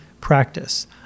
practice